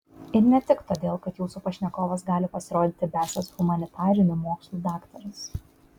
ir ne tik todėl kad jūsų pašnekovas gali pasirodyti besąs humanitarinių mokslų daktaras